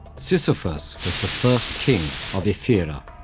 sisyphus was the first king of ephyra,